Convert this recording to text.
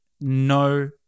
no